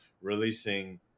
releasing